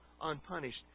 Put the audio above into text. unpunished